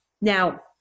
Now